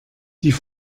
die